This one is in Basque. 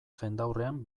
jendaurrean